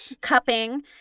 Cupping